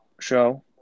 show